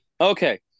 Okay